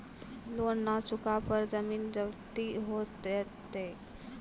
Loan न चुका पर जमीन जब्ती हो जैत की?